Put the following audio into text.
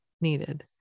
needed